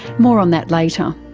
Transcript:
more on that later.